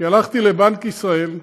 כי הלכתי לבנק ישראל,